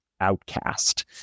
outcast